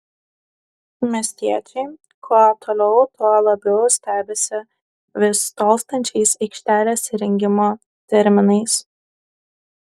miestiečiai kuo toliau tuo labiau stebisi vis tolstančiais aikštės įrengimo terminais